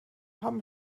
haben